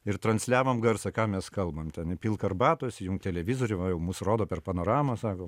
ir transliavom garsą ką mes kalbam ten įpilk arbatos įjunk televizorių o jau mus rodo per panoramą sako